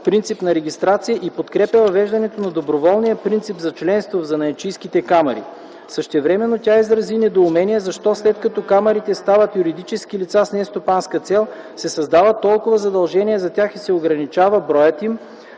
принцип на регистрация и подкрепя въвеждането на доброволния принцип за членство в занаятчийските камари. Същевременно тя изрази недоумение защо, след като камарите стават юридически лица с нестопанска цел, се създават толкова задължения за тях и се ограничава броят им,